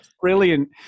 brilliant